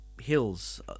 hills